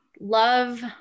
love